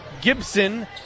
Gibson